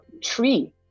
tree